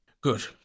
Good